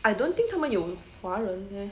I don't think 他们有华人 leh